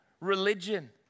religion